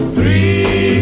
Three